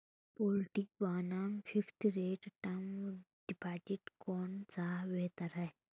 Floating बनाम fixed rate term deposit कौन सा बेहतर है?